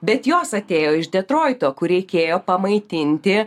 bet jos atėjo iš detroito kur reikėjo pamaitinti